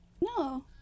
No